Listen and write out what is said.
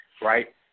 right